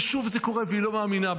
ושוב זה קורה, והיא לא מאמינה.